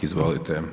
Izvolite.